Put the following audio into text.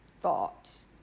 thoughts